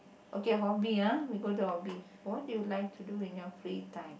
okay hobby ah we go to hobby what do you like to do in your free time